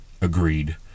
agreed